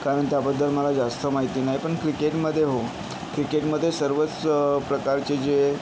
कारण त्याबद्दल मला जास्त माहित नाही पण क्रिकेटमध्ये हो क्रिकेटमध्ये सर्वच प्रकारचे जे